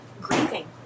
grieving